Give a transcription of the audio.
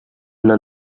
una